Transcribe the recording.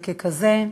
וככזאת,